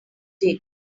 did